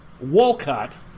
Walcott